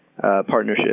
partnership